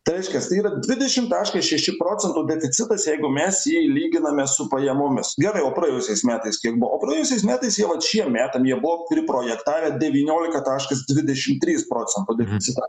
tai reiškias tai yra dvidešim taškas šeši procento deficitas jeigu mes jį lyginame su pajamomis gerai o praėjusiais metais kiek buvo o praėjusiais metais jau vat šiem metam jie buvo priprojektavę devyniolika taškas dvidešim trys procento deficitą